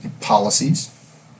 policies